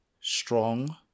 strong